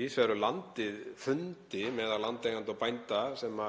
víðs vegar um landið fundi meðal landeigenda og bænda sem